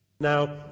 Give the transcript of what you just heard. Now